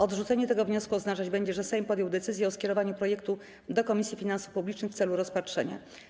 Odrzucenie tego wniosku oznaczać będzie, że Sejm podjął decyzję o skierowaniu projektu do Komisji Finansów Publicznych w celu rozpatrzenia.